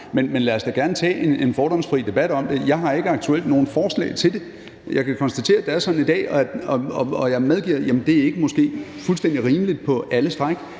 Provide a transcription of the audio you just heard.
Men lad os da gerne tage en fordomsfri debat om det. Jeg har ikke aktuelt nogen forslag til det. Jeg kan konstatere, at det er sådan i dag, og jeg medgiver, at det måske ikke er fuldstændig rimeligt på alle stræk.